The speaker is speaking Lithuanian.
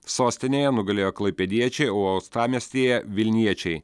sostinėje nugalėjo klaipėdiečiai o uostamiestyje vilniečiai